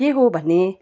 के हो भने